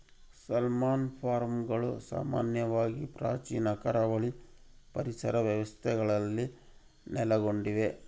salmon ಫಾರ್ಮ್ಗಳು ಸಾಮಾನ್ಯವಾಗಿ ಪ್ರಾಚೀನ ಕರಾವಳಿ ಪರಿಸರ ವ್ಯವಸ್ಥೆಗಳಲ್ಲಿ ನೆಲೆಗೊಂಡಿವೆ